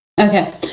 Okay